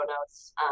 notes